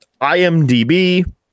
IMDb